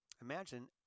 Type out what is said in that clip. Imagine